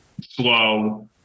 slow